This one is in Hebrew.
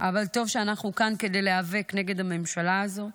אבל טוב שאנחנו כאן כדי להיאבק נגד הממשלה הזו,